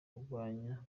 kurwanya